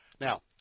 Now